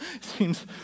seems